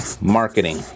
marketing